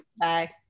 Bye